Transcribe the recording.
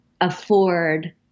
afford